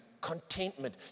contentment